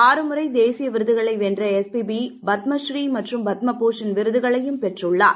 ஆறு முறை தேசிய விருதுகளை வென்றாளஸ் பிடப்பி பத்மஸ்ரீ மற்றும் பத்ம பூஷன் விருதுகளையும் பெற்றுள்ளார்